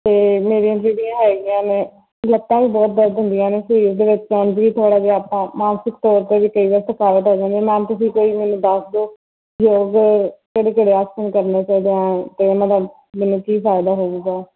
ਅਤੇ ਮੇਰੇ ਅੰਦਰ ਜਿਹੜੀਆਂ ਹੈਗੀਆਂ ਮੈਂ ਲੱਤਾਂ ਵੀ ਬਹੁਤ ਦਰਦ ਹੁੰਦੀਆਂ ਨੇ ਸਰੀਰ ਦੇ ਵਿੱਚ ਆਉਂਦੀ ਥੋੜ੍ਹਾ ਜਿਹਾ ਆਪਾਂ ਮਾਨਸਿਕ ਤੌਰ 'ਤੇ ਵੀ ਕਈ ਵਾਰ ਥਕਾਵਟ ਆ ਜਾਂਦੀ ਮੈਮ ਤੁਸੀਂ ਕੋਈ ਮੈਨੂੰ ਦੱਸ ਦੋ ਯੋਗ ਕਿਹੜੇ ਕਿਹੜੇ ਆਸਣ ਕਰਨੇ ਚਾਹੀਦੇ ਹੈ ਅਤੇ ਉਹਨਾਂ ਦਾ ਮੈਨੂੰ ਕੀ ਫਾਇਦਾ ਹੋਵੇਗਾ